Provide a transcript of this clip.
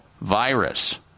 virus